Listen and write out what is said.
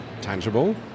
tangible